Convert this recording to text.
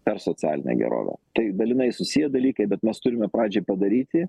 per socialinę gerovę tai dalinai susiję dalykai bet mes turime pradžiai padaryti